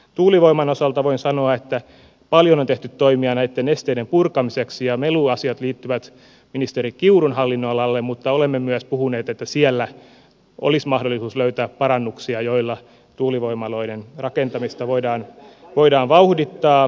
tuulivoiman osalta voin sanoa että paljon on tehty toimia näitten esteiden purkamiseksi ja meluasiat liittyvät ministeri kiurun hallinnonalaan mutta olemme myös puhuneet että siellä olisi mahdollisuus löytää parannuksia joilla tuulivoimaloiden rakentamista voidaan vauhdittaa